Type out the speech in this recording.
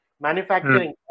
manufacturing